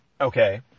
Okay